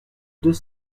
deux